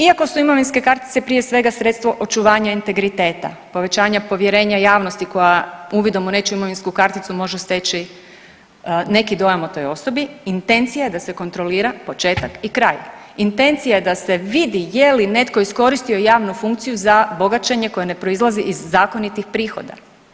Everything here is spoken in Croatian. Iako su imovinske kartice prije svega sredstvo očuvanja integriteta, povećanja povjerenja javnosti koja uvidom u nečiju imovinsku karticu može steći neko dojam o toj osobi intencija je da se kontrolira početak i kraj, intencija je da se vidi je li netko iskoristio javnu funkciju za bogaćenje koje ne proizlazi iz zakonitih prihoda.